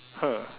!huh!